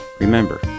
Remember